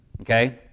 Okay